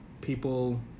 people